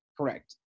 Correct